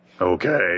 Okay